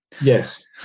Yes